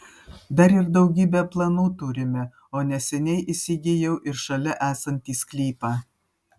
dar ir daugybę planų turime o neseniai įsigijau ir šalia esantį sklypą